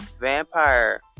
vampire